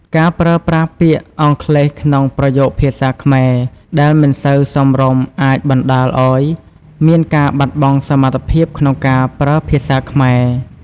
ការប្រើប្រាស់ពាក្យអង់គ្លេសក្នុងប្រយោគភាសាខ្មែរដែលមិនសូវសមរម្យអាចបណ្តាលឱ្យមានការបាត់បង់សមត្ថភាពក្នុងការប្រើភាសាខ្មែរ។